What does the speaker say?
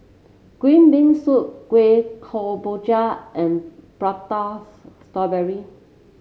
Green Bean Soup Kueh Kemboja and Pratas strawberry